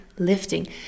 lifting